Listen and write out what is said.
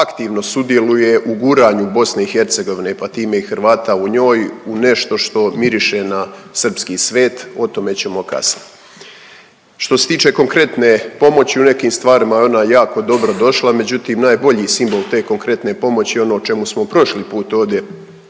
aktivno sudjeluje u guranju BiH, pa time i Hrvata u njoj u nešto što miriše na srpski svet, o tome ćemo kasnije. Što se tiče konkretne pomoći u nekim stvarima je ona jako dobro došla. Međutim, najbolji simbol te konkretne pomoći je ono o čemu smo prošli put debatirali